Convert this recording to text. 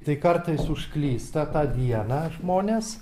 tai kartais užklysta tą dieną žmonės